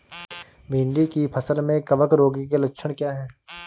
भिंडी की फसल में कवक रोग के लक्षण क्या है?